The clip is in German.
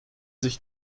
sich